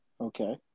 Okay